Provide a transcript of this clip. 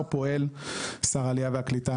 שר העלייה והקליטה,